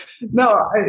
No